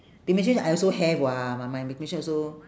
pigmentation I also have [what] my my pigmentation also